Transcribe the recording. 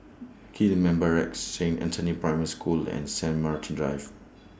Gillman Barracks Saint Anthony's Primary School and Saint Martin's Drive